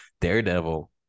Daredevil